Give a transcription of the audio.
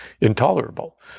intolerable